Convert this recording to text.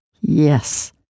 Yes